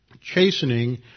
chastening